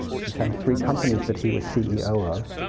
he's had three companies that he was ceo of.